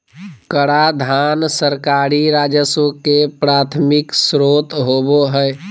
कराधान सरकारी राजस्व के प्राथमिक स्रोत होबो हइ